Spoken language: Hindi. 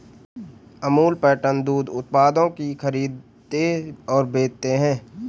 अमूल पैटर्न दूध उत्पादों की खरीदते और बेचते है